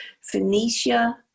phoenicia